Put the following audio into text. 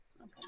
Okay